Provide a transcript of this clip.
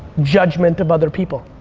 judgment of other people.